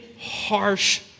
harsh